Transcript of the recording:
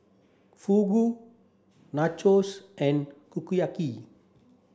Fugu Nachos and